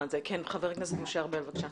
חבר הכנסת משה ארבל, בבקשה.